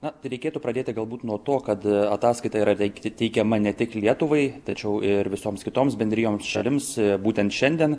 na reikėtų pradėti galbūt nuo to kad ataskaita yra teikiama ne tik lietuvai tačiau ir visoms kitoms bendrijoms šalims būtent šiandien